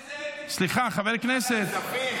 כספים.